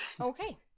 Okay